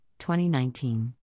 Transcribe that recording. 2019